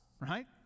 right